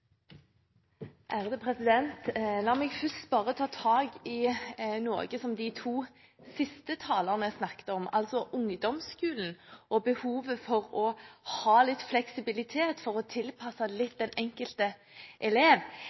La meg først bare ta tak i noe som de to siste talerne snakket om, ungdomsskolen og behovet for å ha litt fleksibilitet, for å tilpasse litt til den enkelte elev.